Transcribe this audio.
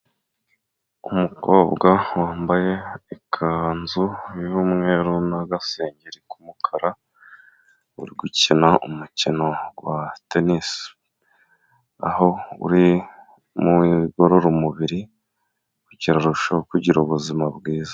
Umukobwa wambaye ikanzu y'umweru n'agasengeri k'umukara, uri gukina umukino wa tenisi, aho uri mu bigorora umubiri kugira arusheho kugira ubuzima bwiza.